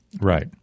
Right